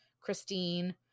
christine